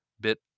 bit